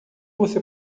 você